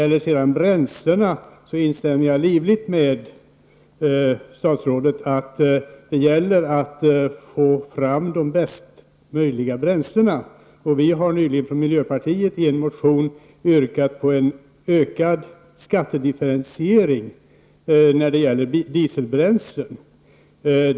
När det gäller bränslena instämmer jag livligt med statsrådet i att det gäller att få fram bästa möjliga bränslen. Vi har från miljöpartiet nyligen yrkat på en ökad skattedifferentiering när det gäller dieselbränslen.